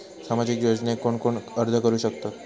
सामाजिक योजनेक कोण कोण अर्ज करू शकतत?